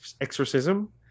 exorcism